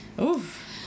Oof